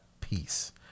peace